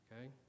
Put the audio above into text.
Okay